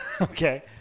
okay